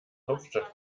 hauptstadt